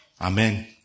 amen